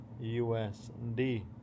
USD